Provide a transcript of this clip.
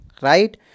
right